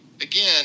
again